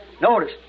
Notice